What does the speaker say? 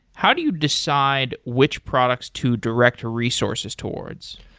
how do you decide which products to direct resources towards?